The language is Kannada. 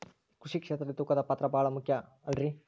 ಕೃಷಿ ಕ್ಷೇತ್ರದಲ್ಲಿ ತೂಕದ ಪಾತ್ರ ಬಹಳ ಮುಖ್ಯ ಅಲ್ರಿ?